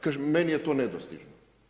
Kaže, meni je to nedostižno.